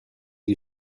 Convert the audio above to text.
you